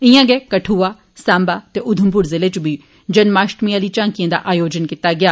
इयां गै कठुआ साम्बा ते उधमपुर जिले च बी जन्माष्टमी आलिएं झांकिएं दा आयोजन कीता गेआ